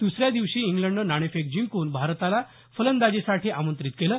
दुसऱ्या दिवशी इंग्लडनं नाणेफेक जिंकून भारताला फंलंदाजीसाठी आमंत्रित केलं